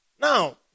Now